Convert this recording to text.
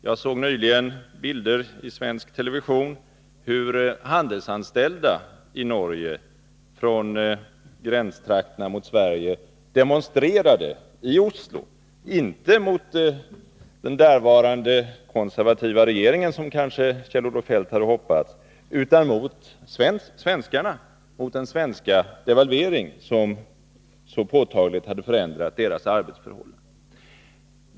Jag såg nyligen i svensk television att handelsanställda i Norge, från gränstrakterna mot Sverige, demonstrerade i Oslo, inte mot den därvarande konservativa regeringen — vilket kanske Kjell-Olof Feldt hade hoppats på — utan mot svenskarna, mot den svenska devalvering som så påtagligt förändrat deras arbetsförhållanden.